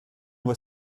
loi